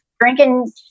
drinking